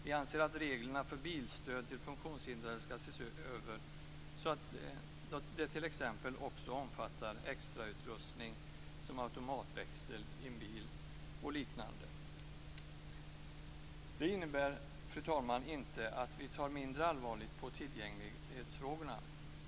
Vi anser att reglerna för bilstöd till funktionshindrade skall ses över, så att det t.ex. också omfattar extrautrustning som automatväxel i bil och liknande. Det innebär inte, fru talman, att vi tar tillgänglighetsfrågorna på mindre allvar.